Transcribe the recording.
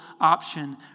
option